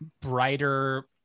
brighter